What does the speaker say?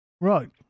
right